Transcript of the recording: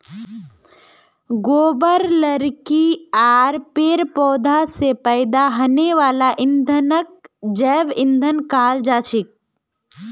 गोबर लकड़ी आर पेड़ पौधा स पैदा हने वाला ईंधनक जैव ईंधन कहाल जाछेक